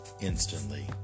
instantly